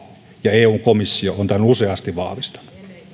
ja eun komissio on tämän useasti vahvistanut kyllä